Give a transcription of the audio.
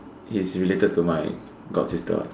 he's related to my good sister